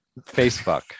Facebook